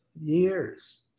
years